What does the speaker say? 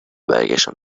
برگشتم